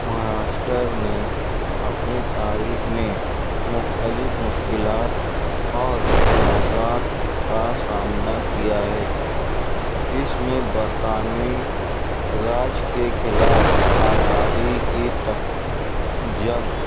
مہاراشٹرا نے اپنی تاریخ میں مختلف مشکلات اور تنازات کا سامنا کیا ہے اس میں برطانوی راج کے خلاف آزادی کی تک جنگ